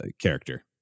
character